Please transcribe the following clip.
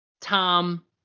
Tom